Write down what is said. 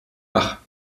wach